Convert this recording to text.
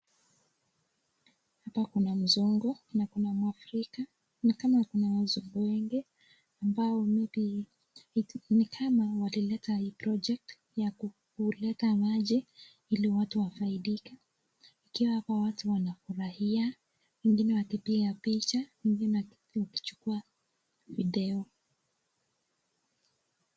Hapa kuna mzungu na kuna mwafirika. Ni kama kuna wazungu wengi ambao maybe ni kama walileta hii project ya kuleta maji ili watu wafaidike. Ikiwa hapa watu wanafurahia, wengine wakipiga picha, wengine wakichukua video.